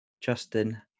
Justin